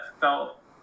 felt